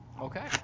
Okay